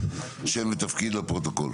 שם ותפקיד, לפרוטוקול.